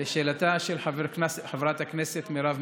לשאלתה של חברת הכנסת מרב מיכאלי,